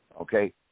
okay